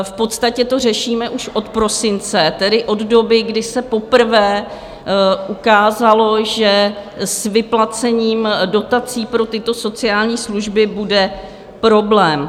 V podstatě to řešíme už od prosince, tedy od doby, kdy se poprvé ukázalo, že s vyplacením dotací pro tyto sociální služby bude problém.